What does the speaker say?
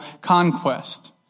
conquest